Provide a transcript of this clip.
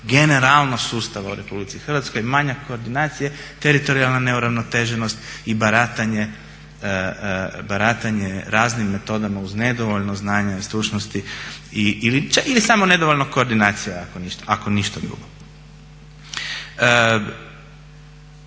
generalno sustava u RH, manjak koordinacije, teritorijalna neuravnoteženost i baratanje raznim metodama uz nedovoljno znanja i stručnosti ili samo nedovoljnog koordinacije ako ništa drugo.